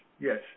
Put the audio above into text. yes